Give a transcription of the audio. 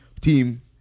team